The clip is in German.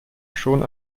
schon